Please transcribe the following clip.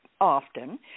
often